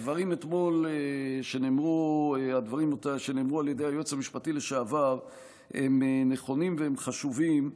הדברים שאתמול נאמרו על ידי היועץ המשפטי לשעבר הם נכונים והם חשובים.